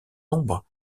nombre